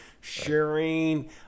sharing